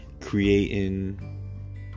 creating